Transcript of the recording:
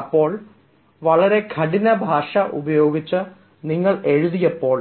അപ്പോൾ വളരെ കഠിന ഭാഷ ഉപയോഗിച്ച് നിങ്ങൾ എഴുതിയപ്പോൾ